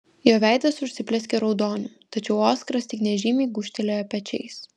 jo veidas užsiplieskė raudoniu tačiau oskaras tik nežymiai gūžtelėjo pečiais